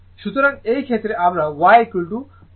সুতরাং এই ক্ষেত্রে আমরা Y1Z জানি